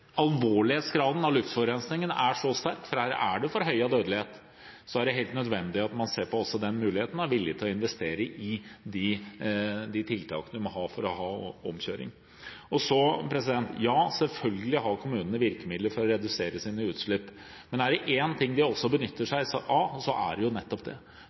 alvorlighetsgraden av luftforurensningen er så sterk, for her er det forhøyet dødelighet, at det er helt nødvendig at man ser på også den muligheten og er villig til å investere i de tiltakene man må ha for å ha omkjøring. Ja, selvfølgelig har kommunene virkemidler for å redusere sine utslipp. Men er det én ting de også benytter seg av, er det jo nettopp det.